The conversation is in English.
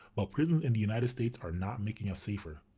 but prisons in the united states are not making us safer.